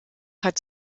hat